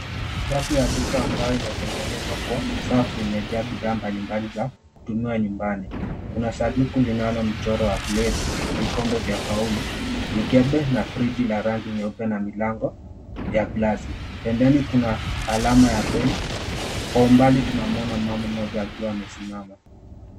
Drafu ya duka ambayo imetengenezwa kwa safu imejaa bidhaa mbalimbali za kutumiwa nyumbani. Kuna sanduku linalomchoro wa glesi vikombe vya kauro, vikebe na frigi vya rangi mieupe na milango ya glasi. Pembeni kuna alama ya bei. Kwa umbali tunamwona mama mmoja akiwa amesimama.